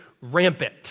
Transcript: rampant